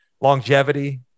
longevity